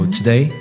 today